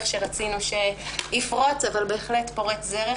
שרצינו שיפרוץ אבל בהחלט פורץ דרך,